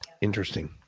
Interesting